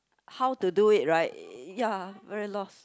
how to do it right ya very lost